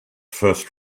first